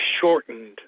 shortened